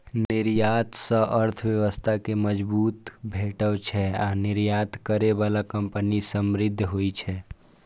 निर्यात सं अर्थव्यवस्था कें मजबूती भेटै छै आ निर्यात करै बला कंपनी समृद्ध होइ छै